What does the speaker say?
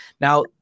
Now